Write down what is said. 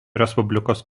respublikos